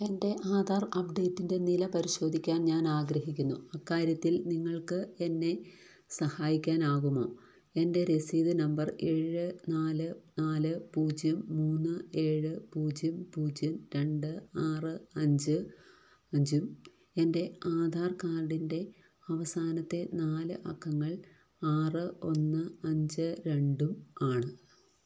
എന്റെ ആധാർ അപ്ഡേറ്റിൻറ്റെ നില പരിശോധിക്കാൻ ഞാനാഗ്രഹിക്കുന്നു അക്കാര്യത്തിൽ നിങ്ങൾക്ക് എന്നെ സഹായിക്കാനാകുമോ എന്റെ രസീത് നമ്പർ ഏഴ് നാല് നാല് പൂജ്യം മൂന്ന് ഏഴ് പൂജ്യം പൂജ്യം രണ്ട് ആറ് അഞ്ച് അഞ്ചും എന്റെ ആധാർ കാഡിന്റെ അവസാനത്തെ നാല് അക്കങ്ങൾ ആറ് ഒന്ന് അഞ്ച് രണ്ടും ആണ്